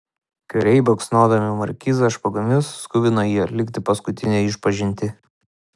kariai baksnodami markizą špagomis skubino jį atlikti paskutinę išpažintį